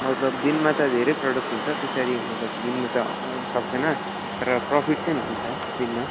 मतलब दिनमा त धेरै प्रोडक्ट हुन्छ त्यसरी मतलब गिन्नु त सक्दैन तर प्रोफिट चाहिँ हुन्छ है दिनमा